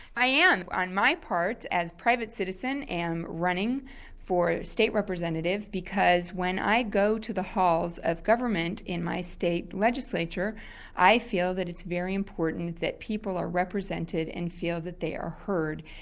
i am, on my part as private citizen am running for state representatives because when i go to the halls of government in my state legislature i feel that it's very important that people are represented and feel that they heard.